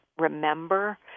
remember